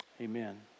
Amen